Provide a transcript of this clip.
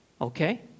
Okay